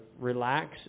relax